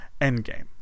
Endgame